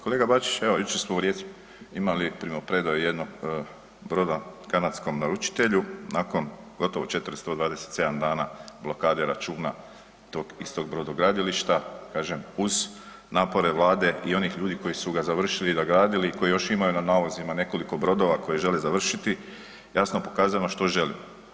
Kolega Bačiću, evo jučer smo u Rijeci imali primopredaju jednog broda kanadskom naručitelju nakon gotovo 427 dana blokade računa tog istog brodogradilišta, kažem uz napore Vlade i onih koji su ga završili i gradili i koji još imaju na nalozima nekoliko brodova koje žele završiti, jasno je pokazano što želimo.